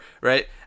right